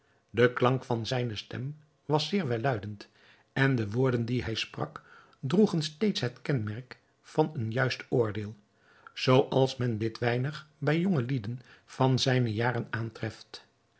de klank van zijne stem was zeer welluidend en de woorden die hij sprak droegen steeds het kenmerk van een juist oordeel zooals men dit weinig bij jongelieden van zijne jaren aantreft